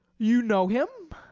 you know him?